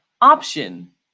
option